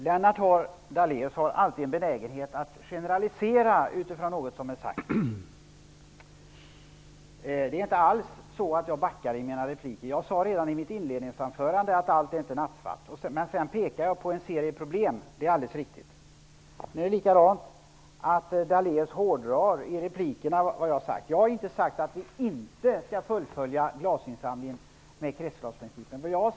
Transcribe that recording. Herr talman! Lennart Daléus har alltid en benägenhet att generalisera utifrån något som är sagt. Jag backar inte alls i mina repliker. Jag sade redan i mitt inledningsanförande att allt inte är nattsvart. Sedan pekade jag på en serie problem. Det är alldeles riktigt. Nu är det likadant. Lennart Daléus hårdrar i sina repliker vad jag har sagt. Men jag har inte sagt att vi inte skall fullfölja glasinsamlingen med kretsloppsprincipen.